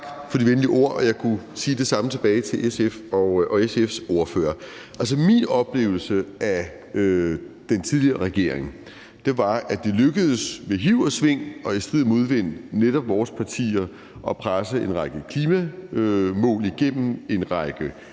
tak for de venlige ord, og jeg kunne sige det samme tilbage til SF og SF's ordfører. Altså, min oplevelse af den tidligere regering var, at det lykkedes, med hiv og sving og i strid modvind, netop vores partier at presse en række klimamål igennem, en række